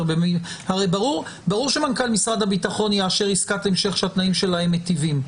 הרי ברור שמנכ"ל משרד הביטחון יאשר עסקת המשך שהתנאים שלה הם מיטיבים.